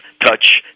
touch